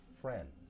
Friend